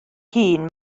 hun